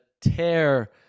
tear-